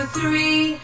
three